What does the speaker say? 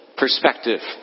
perspective